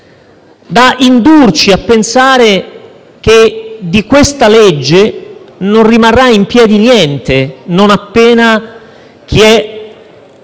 da indurci a pensare che di questo provvedimento non rimarrà in piedi niente, non appena chi è